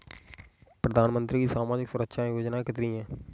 प्रधानमंत्री की सामाजिक सुरक्षा योजनाएँ कितनी हैं?